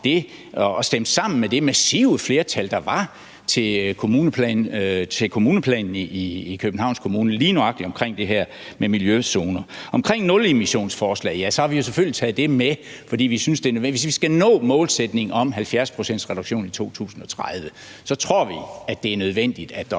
og stemt sammen med det massive flertal, der var til kommuneplanen i Københavns Kommune lige nøjagtig omkring det her med miljøzoner. Omkring nulemissionsforslaget: Ja, vi har selvfølgelig taget det med, fordi vi synes, det er nødvendigt. Hvis vi skal nå målsætningen om 70 pct.s reduktion i 2030, så tror vi, at det er nødvendigt, at der